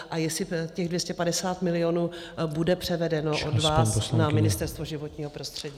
A jestli těch 250 milionů bude převedeno od vás na Ministerstvo životního prostředí.